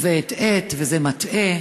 והטעית, וזה מטעה.